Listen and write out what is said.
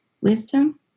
wisdom